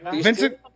Vincent